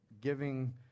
giving